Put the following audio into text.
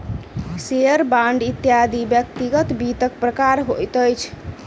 share, bond इत्यादि व्यक्तिगत वित्तक प्रकार होइत अछि